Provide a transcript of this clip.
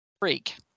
freak